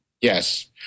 yes